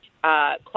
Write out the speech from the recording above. class